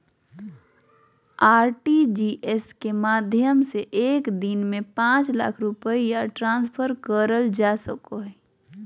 RTGS के माध्यम से एक दिन में पांच लाख रुपया ट्रांसफर करल जा सको हय